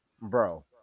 Bro